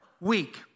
week